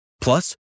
Plus